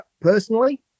personally